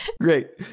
Great